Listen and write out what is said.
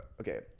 okay